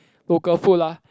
local food lah